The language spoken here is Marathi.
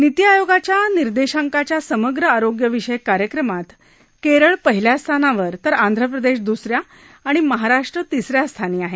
नीती आयोगाच्या निर्देशाकांच्या समग्र आरोग्य विषयक कार्यक्रमात केरळ पहिल्या स्थानावर तर आंध्रप्रदेश दुस या तर महाराष्ट्र तिस या स्थानी आहे